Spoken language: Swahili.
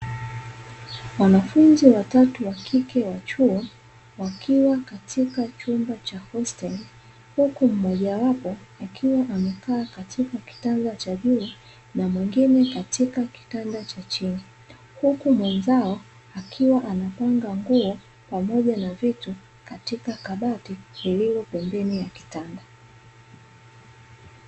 Wanafunzi watatu wa kike wa chuo wakati katika chumba cha hosteli, huku mmoja wapo akiwa amekaa katika kitanda Cha juu na mwingine katika kitanda cha chini. Huku mwenzao akiwa anapanga nguo pamoja na vitu katika kabati lililo pembeni ya kitanda.